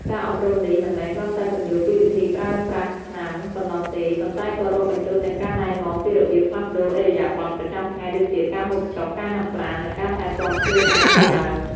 ការអប់រំនេះមិនមែនគ្រាន់តែពន្យល់ពីវិធីប្រើប្រាស់ថ្នាំប៉ុណ្ណោះទេ ប៉ុន្តែក៏រាប់បញ្ចូលទាំងការណែនាំពីរបៀបផ្លាស់ប្តូរឥរិយាបថប្រចាំថ្ងៃដូចជាការហូបចុក ការហាត់ប្រាណ និងការថែទាំខ្លួនឯងជាដើម។